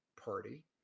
party